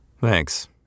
Thanks